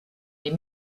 les